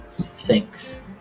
thanks